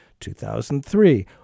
2003